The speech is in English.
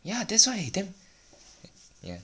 ya that's why then